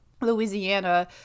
Louisiana